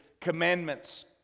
commandments